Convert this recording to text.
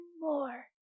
more